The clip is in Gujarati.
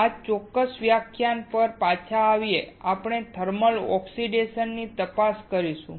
આ ચોક્કસ વ્યાખ્યાન પર પાછા આવીને આપણે થર્મલ ઓક્સિડેશન ની તપાસ કરીશું